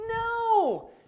No